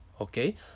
okay